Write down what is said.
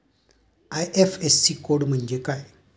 IFSC code म्हणजे काय?